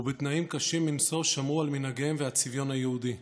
ובתנאים קשים מנשוא שמרו על מנהגיהם ועל הצביון היהודי.